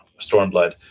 Stormblood